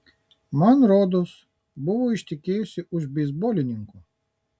man rodos buvo ištekėjusi už beisbolininko